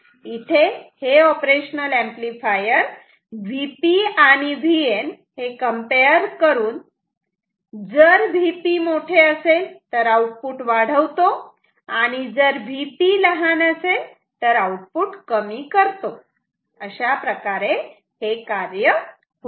इथे हे operational amplifier Vp आणि Vn हे कंपेयर करून जर Vp मोठे असेल तर आउटपुट वाढवतो आणि जर Vp लहान असेल तर आउटपुट कमी करतो अशाप्रकारे हे कार्य होते